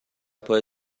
پای